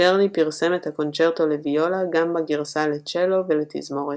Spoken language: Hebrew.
שרלי פרסם את הקונצ׳רטו לוויולה גם בגרסה לצ׳לו ולתזמורת,